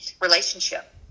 relationship